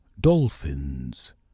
dolphins